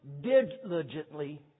diligently